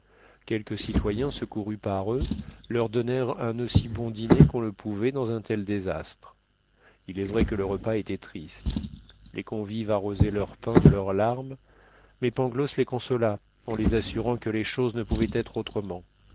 quelques citoyens secourus par eux leur donnèrent un aussi bon dîner qu'on le pouvait dans un tel désastre il est vrai que le repas était triste les convives arrosaient leur pain de leurs larmes mais pangloss les consola en les assurant que les choses ne pouvaient être autrement